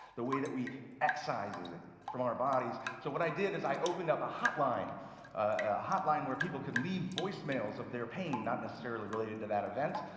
the way that we excise it from our bodies. so what i did is i opened up a hotline a hotline where people could leave voicemails of their pain, not necessarily related to that event.